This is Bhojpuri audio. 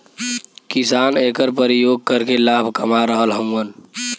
किसान एकर परियोग करके लाभ कमा रहल हउवन